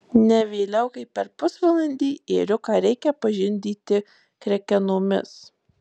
ne vėliau kaip per pusvalandį ėriuką reikia pažindyti krekenomis